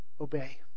obey